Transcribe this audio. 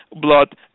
blood